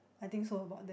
I think so about that